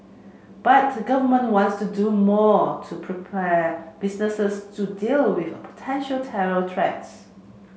but the Government wants to do more to prepare businesses to deal with a potential terror threats